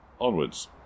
onwards